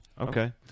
Okay